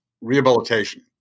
rehabilitation